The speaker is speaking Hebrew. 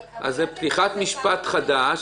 אבל --- אז זה פתיחת משפט חדש,